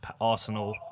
arsenal